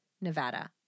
Nevada